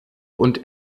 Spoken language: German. und